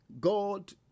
God